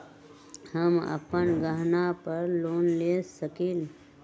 हम अपन गहना पर लोन ले सकील?